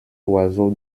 oiseaux